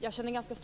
Jag känner ganska